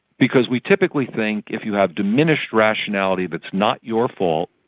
because we typically think if you have diminished rationality that's not your fault,